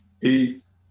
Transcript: Peace